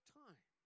time